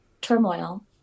turmoil